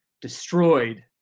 destroyed